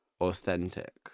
authentic